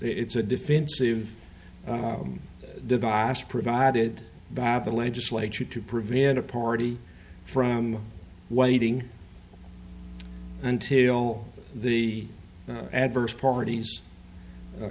it's a defensive device provided by the legislature to prevent a party from waiting until the adverse parties